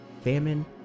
famine